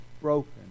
broken